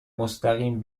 مستقیم